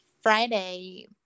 Friday